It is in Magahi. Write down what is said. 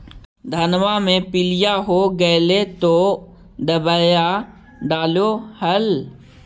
धनमा मे पीलिया हो गेल तो दबैया डालो हल?